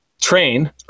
train